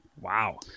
Wow